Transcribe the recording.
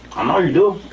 i know you do.